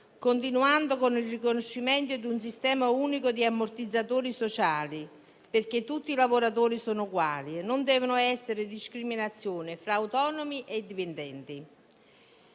continuando con il riconoscimento di un sistema unico di ammortizzatori sociali, perché tutti i lavoratori sono uguali e non devono esserci discriminazioni fra autonomi e dipendenti.